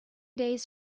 days